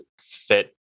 fit